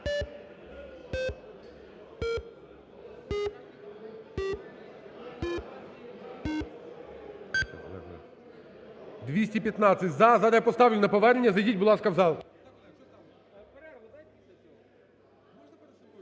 За-215 Зараз я поставлю на повернення. Зайдіть, будь ласка, в зал.